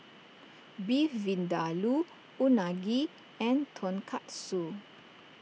Beef Vindaloo Unagi and Tonkatsu